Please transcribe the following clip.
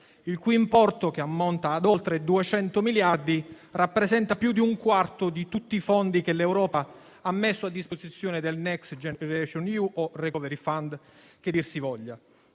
il cui importo, che ammonta ad oltre 200 miliardi, rappresenta più di un quarto di tutti i fondi che l'Europa ha messo a disposizione del Next generation EU (o *recovery fund* che dir si voglia).